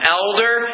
elder